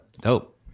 dope